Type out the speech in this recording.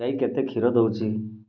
ଗାଈ କେତେ କ୍ଷୀର ଦେଉଛି